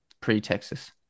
pre-Texas